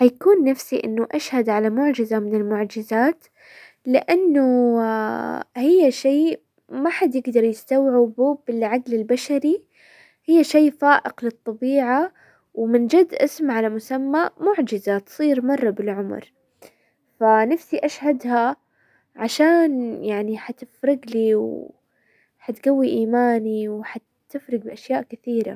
حيكون نفسي انه اشهد على معجزة من المعجزات لانه هي شي ما حد يقدر يستوعبه بالعقل البشري. هي شي فائق للطبيعة، ومن جد اسم على مسمى معجزة تصير مرة بالعمر، فنفسي اشهدها عشان يعني حتفرق لي حتقوي ايماني وحتفرق باشياء كثيرة.